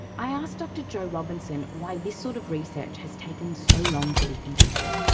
i asked dr jo robinson why this sort of research has taken so long to be conducted.